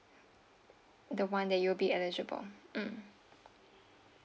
the [one] that you be eligible mm